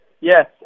yes